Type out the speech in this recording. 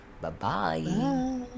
Bye-bye